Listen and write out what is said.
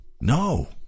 No